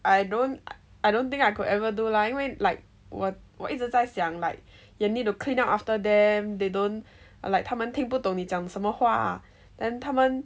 I don't I don't think I could ever do lah 因为 like 我一直在想 like you need to clean up after them they don't like 他们听不懂你讲什么话 then 他们